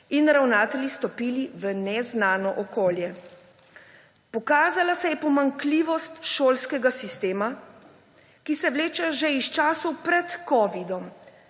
in ravnatelji, stopili v neznano okolje. Pokazala se je pomanjkljivost šolskega sistema, ki se vleče še iz časov pred covidom,